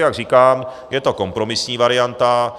Jak říkám, je to kompromisní varianta.